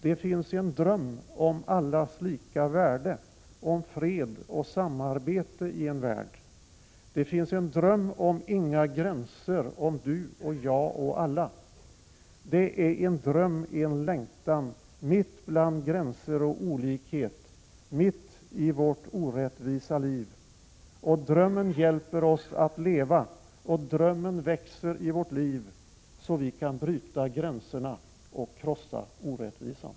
Det finns en dröm om allas lika värde om fred och samarbete i en värld Det finns en dröm om Inga gränser om du och jag och alla Det är en dröm en längtan mitt bland gränser och olikhet mitt i vårt orättvisa liv Och drömmen hjälper oss att leva och drömmen växer i vårt liv så vi kan bryta gränserna och krossa orättvisan